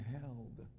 held